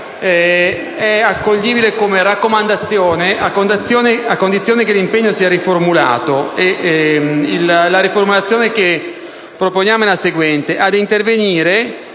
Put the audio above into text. è accoglibile come raccomandazione a condizione che l'impegno sia riformulato. La riformulazione che proponiamo è la seguente: